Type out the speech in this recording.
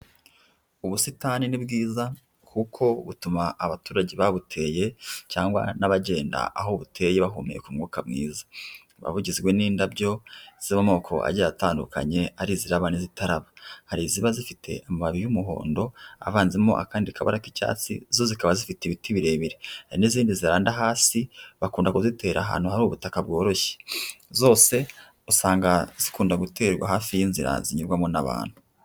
Ubusitani ni bwiza kuko butuma abaturage babuteye cyangwa n'abagenda aho buteye bahumeka umwuka mwiza, buba bugizwe n'indabyo zo mu moko agiye atandukanye ari iziraba n'izitaraba, hari iziba zifite amababi y'umuhondo avanzemo akandi kabara k'icyatsi, zo zikaba zifite ibiti birebire, hari n'iizindi ziranda hasi bakunda kuzitera ahantu hari ubutaka bworoshye, zose usanga zikunda guterwa hafi y'inzira zinyurwamo n'abantu.